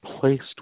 placed